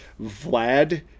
Vlad